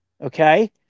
okay